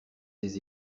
des